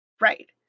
Right